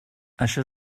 això